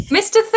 mr